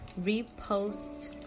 repost